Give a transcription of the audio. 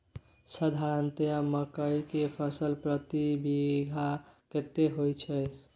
साधारणतया मकई के फसल प्रति बीघा कतेक होयत छै?